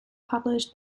published